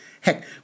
Heck